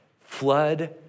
flood